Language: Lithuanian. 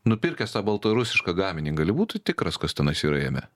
nupirkęs tą baltarusišką gaminį gali būti tikras kas tenais yra jame